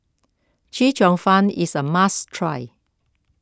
Chee Cheong Fun is a must try